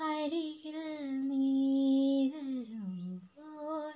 അരികിൽ നീ വരുമ്പോൾ